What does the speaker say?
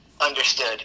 understood